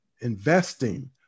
investing